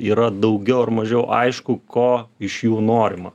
yra daugiau ar mažiau aišku ko iš jų norima